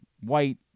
white